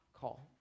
call